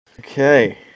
Okay